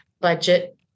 budget